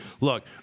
look